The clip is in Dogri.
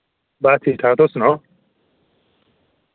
बस ठीक ठाक तुस सनाओ